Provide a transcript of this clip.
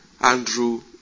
Andrew